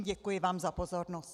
Děkuji vám za pozornost.